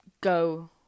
go